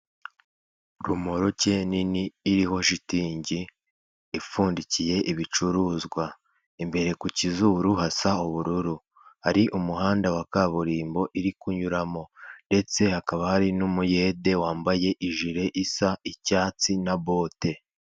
Romoruki nini iriho shitingi ipfundikiye ibicuruzwa, imbere ku kizuru hasa ubururu, hari umuhanda wa kaburimbo iri kunyuramo ndetse hakaba hari n'umuyede wambaye ijire isa icyatsi na bote.